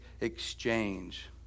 exchange